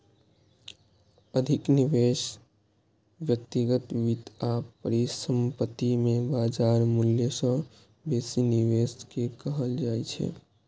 अधिक निवेश व्यक्तिगत वित्त आ परिसंपत्ति मे बाजार मूल्य सं बेसी निवेश कें कहल जाइ छै